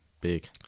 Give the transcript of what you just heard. big